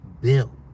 bill